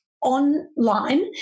online